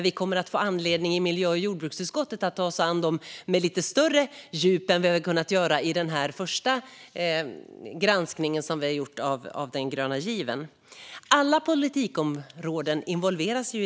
Vi kommer att få anledning att i miljö och jordbruksutskottet ta oss an dem med lite större djup än vi har kunnat göra i den första granskning som vi har gjort av den gröna given. Alla politikområden involveras.